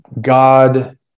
God